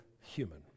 human